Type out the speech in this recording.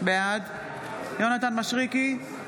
בעד יונתן מישרקי,